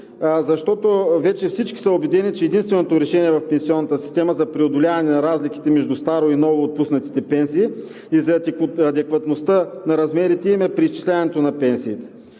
защото вече всички са убедени, че единственото решение в пенсионната система за преодоляване на разликите между старо и новоотпуснатите пенсии и за адекватността на размерите им е преизчисляването на пенсиите